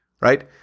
right